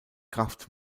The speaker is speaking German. kraft